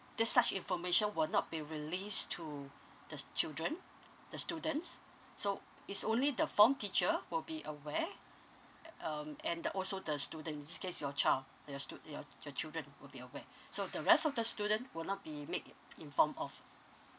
this such information will not be released to the children the students so it's only the form teacher will be aware um and the also the student in this case your child uh your stu~ your your children would be aware so the rest of the student will not be make informed of